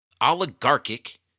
oligarchic